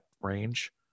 range